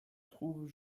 trouve